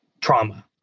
trauma